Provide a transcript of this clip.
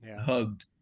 hugged